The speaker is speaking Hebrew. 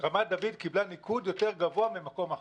רמת דוד קיבלה ניקוד יותר גבוה ממקום אחר.